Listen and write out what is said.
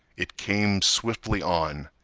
it came swiftly on.